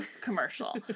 commercial